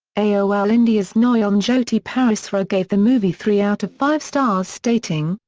aol india's noyon jyoti parasara gave the movie three out of five stars stating,